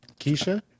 Kesha